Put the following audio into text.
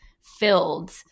filled